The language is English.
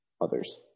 others